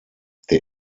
der